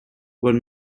were